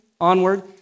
onward